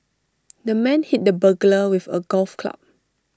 the man hit the burglar with A golf club